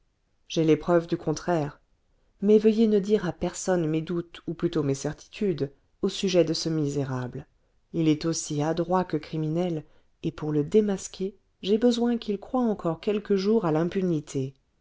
les preuves du contraire mais veuillez ne dire à personne mes doutes ou plutôt mes certitudes au sujet de ce misérable il est aussi adroit que criminel et pour le démasquer j'ai besoin qu'il croie encore quelques jours à l'impunité